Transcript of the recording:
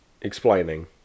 explaining